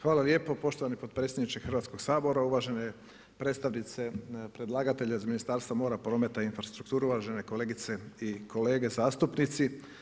Hvala lijepo poštovani potpredsjedniče Hrvatskog sabora, uvažene predstavnice predlagatelja iz Ministarstva mora, prometa i infrastrukture, uvažene kolegice i kolege zastupnici.